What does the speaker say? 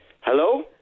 Hello